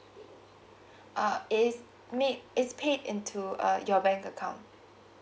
uh it's made it's paid into uh your bank account